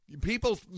People